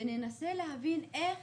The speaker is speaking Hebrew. וננסה להבין איך,